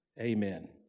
Amen